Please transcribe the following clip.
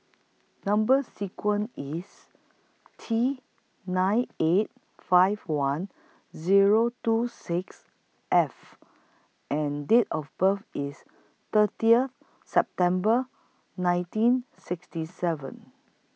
Number sequence IS T nine eight five one Zero two six F and Date of birth IS thirtieth September nineteen sixty seven